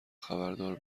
خبردار